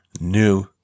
new